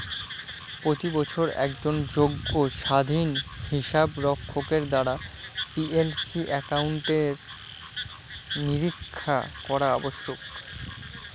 প্রতি বছর একজন যোগ্য স্বাধীন হিসাব রক্ষকের দ্বারা পি এল সি অ্যাকাউন্টের নিরীক্ষা করা আবশ্যক